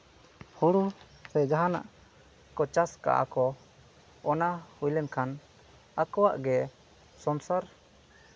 ᱦᱳᱲᱳ ᱥᱮ ᱡᱟᱦᱟᱱᱟᱜ ᱪᱟᱥ ᱠᱟᱜᱼᱟ ᱠᱚ ᱚᱱᱟ ᱦᱩᱭ ᱞᱮᱱᱠᱷᱟᱱ ᱟᱠᱚᱣᱟᱜ ᱜᱮ ᱥᱚᱝᱥᱟᱨ